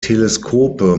teleskope